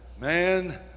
man